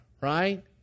right